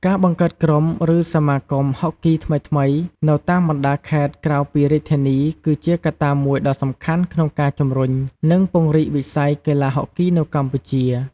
ការបង្កើតក្រុម ឬសមាគមហុកគីថ្មីៗនៅតាមបណ្ដាខេត្តក្រៅពីរាជធានី គឺជាកត្តាមួយដ៏សំខាន់ក្នុងការជំរុញ និងពង្រីកវិស័យកីឡាហុកគីនៅកម្ពុជា។